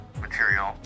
material